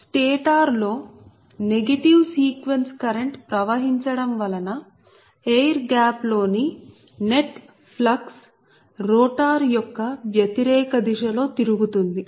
stator లో negative sequence current ప్రవహించడం వలన ఎయిర్ గ్యాప్ లో ని నెట్ ఫ్లక్స్ రోటార్ యొక్క వ్యతిరేక దిశలో తిరుగుతుంది